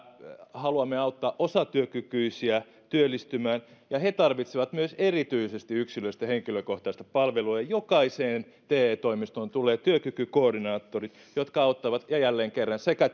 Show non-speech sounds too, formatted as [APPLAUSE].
haluamme auttaa osatyökykyisiä työllistymään ja he tarvitsevat myös erityisesti yksilöllistä henkilökohtaista palvelua jokaiseen te toimistoon tulee työkykykoordinaattorit jotka auttavat ja jälleen kerran sekä [UNINTELLIGIBLE]